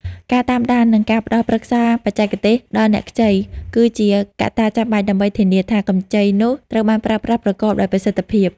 ការតាមដាន និងការផ្ដល់ប្រឹក្សាបច្ចេកទេសដល់អ្នកខ្ចី គឺជាកត្តាចាំបាច់ដើម្បីធានាថា កម្ចីនោះត្រូវបានប្រើប្រាស់ប្រកបដោយប្រសិទ្ធភាព។